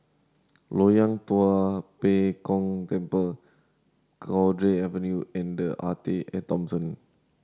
Loyang Tua Pek Kong Temple Cowdray Avenue and The Arte At Thomson